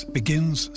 begins